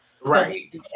Right